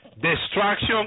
Destruction